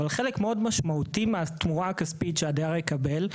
אבל חלק מאוד משמעותי מהתמורה הכספית שהדייר יקבל,